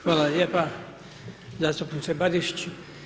Hvala lijepa zastupniče Barišić.